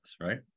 right